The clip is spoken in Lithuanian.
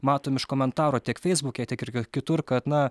matom iš komentarų tiek facebooke tiek ir kitur kad na